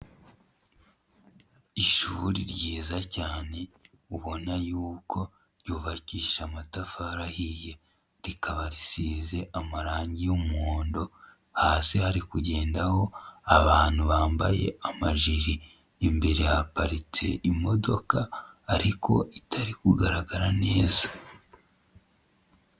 Ishuri ryiza cyane ubona yuko ryubakisha amatafari ahiye rikaba risize amarangi y'umuhondo hasi hari kugendaho abantu bambaye amajiri, imbere haparitse imodoka ariko itari kugaragara neza.